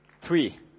three